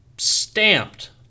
stamped